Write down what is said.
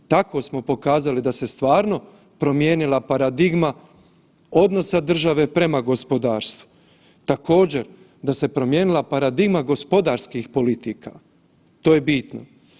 Tako smo pokazali da se stvarno promijenila paradigma odnosa države prema gospodarstvu, također da se promijenila paradigma gospodarskih politika, to je bitno.